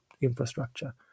infrastructure